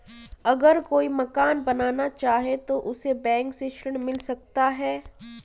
अगर कोई मकान बनाना चाहे तो उसे बैंक से ऋण मिल सकता है?